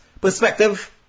perspective